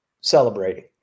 celebrating